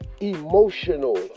emotional